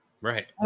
Right